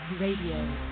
Radio